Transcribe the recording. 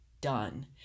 done